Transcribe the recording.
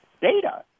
data